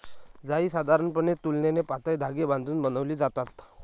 जाळी साधारणपणे तुलनेने पातळ धागे बांधून बनवली जातात